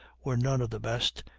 were none of the best,